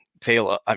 Taylor